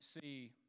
see